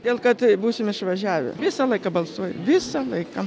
dėl kad būsim išvažiavę visą laiką balsuoju visą laiką